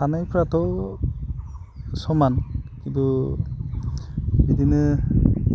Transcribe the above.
थानायफ्राथ' समान खिन्थु बिदिनो